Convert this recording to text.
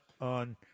on